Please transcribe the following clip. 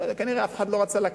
כנראה אף אחד לא רצה לקחת.